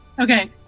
Okay